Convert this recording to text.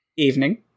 Evening